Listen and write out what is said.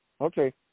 Okay